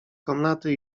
komnaty